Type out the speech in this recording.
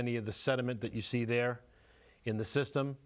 any of the sediment that you see there in the system